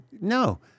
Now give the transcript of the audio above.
No